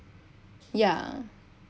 ya